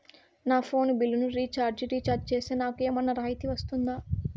నా ఫోను బిల్లును recharge recharge సేస్తే, నాకు ఏమన్నా రాయితీ వస్తుందా?